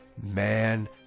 man